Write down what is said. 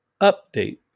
update